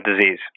disease